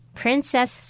princess